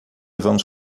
vamos